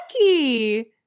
Lucky